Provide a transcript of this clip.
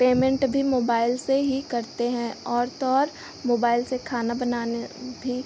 payment भी mobile से ही करते हैं और तो और मोबाइल से खाना बनाना भी